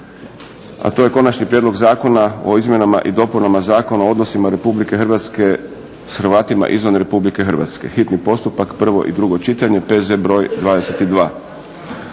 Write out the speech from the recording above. a to je - Konačni prijedlog zakona o izmjenama i dopunama Zakona o odnosima Republike Hrvatske s Hrvatima izvan Republike Hrvatske, hitni postupak, prvo i drugo čitanje, P.Z. br. 22